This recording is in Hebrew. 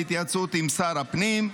בהתייעצות עם שר הפנים,